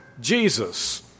Jesus